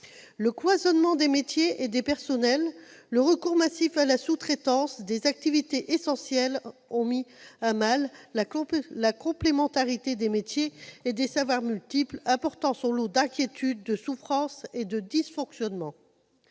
Le cloisonnement des métiers et des personnels ainsi que le recours massif à la sous-traitance d'activités essentielles ont mis à mal la complémentarité des métiers et des savoirs, ce qui a abouti à des inquiétudes, des souffrances et des dysfonctionnements.